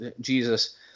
Jesus